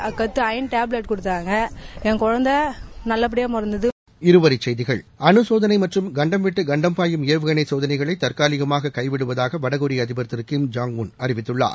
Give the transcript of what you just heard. iron tablet கொடுத்தாங்க என் குழந்தை நல்லபடியா பொறந்தது இருவரிச்செய்திகள் அணுசோதனை மற்றும் கண்டம் விட்டு கண்டம் பாயும் ஏவுகணை சோதனைகளை தற்காலிகமாக கைவிடுவதாக வடகொரிய அதிபர் திரு கிம் ஜாங் உன் அறிவித்துள்ளார்